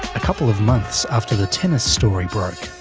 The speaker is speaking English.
a couple of months after the tennis story broke,